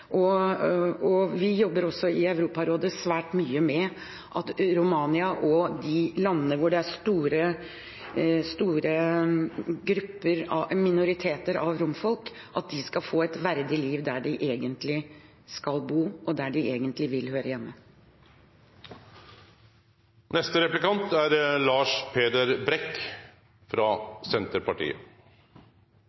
Vi jobber også i Europarådet svært mye med at romfolk i Romania og i de landene hvor de er i stor minoritet, skal få et verdig liv der de egentlig skal bo, og der de egentlig vil høre